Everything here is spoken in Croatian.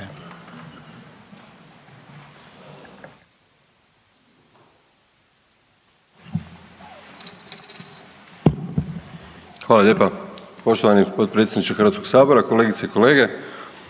Hvala lijepo poštovani potpredsjedniče Hrvatskog sabora. Poštovane kolegice i kolege,